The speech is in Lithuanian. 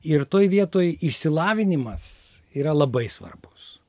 ir toj vietoj išsilavinimas yra labai svarbus